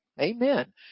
Amen